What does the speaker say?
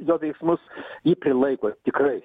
jo veiksmus jį prilaiko tikrai